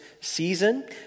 season